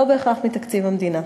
לא בהכרח מתקציב המדינה.